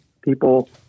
people